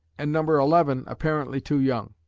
and number eleven apparently too young.